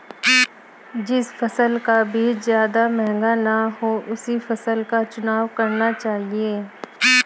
जिस फसल का बीज ज्यादा महंगा ना हो उसी फसल का चुनाव करना चाहिए